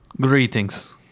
Greetings